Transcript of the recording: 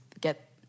get